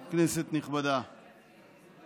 כנסת נכבדה,